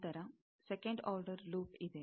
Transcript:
ನಂತರ second order loop ಇದೆ